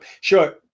Sure